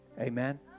Amen